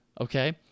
okay